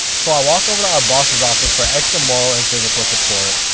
so i walk over to our boss's office for extra moral and physical support.